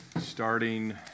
starting